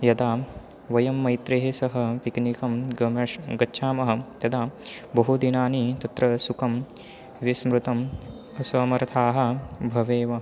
यदा वयं मित्रैः सह पिकनिकं गमेष् गच्छामः तदा बहु दिनानि तत्र सुखं विस्मृतम् असमर्थाः भवेम